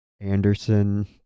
Anderson